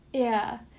ya